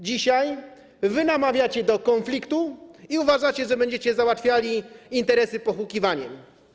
Dzisiaj wy namawiacie do konfliktu i uważacie, że będziecie załatwiali interesy pohukiwaniem.